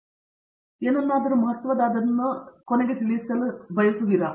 ಮತ್ತು ನಂತರ ನೀವು ಏನನ್ನಾದರೂ ಮಹತ್ವದ ಕಡೆಗೆ ಸರಿಸಲು ತಿಳಿದಿರುತ್ತೀರಿ